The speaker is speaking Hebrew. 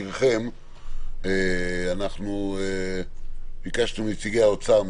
להזכירכם, בישיבה הקודמת ביקשנו מנציגי האוצר,